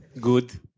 Good